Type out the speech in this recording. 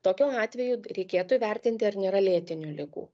tokiu atveju reikėtų įvertinti ar nėra lėtinių ligų